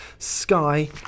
Sky